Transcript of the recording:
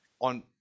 on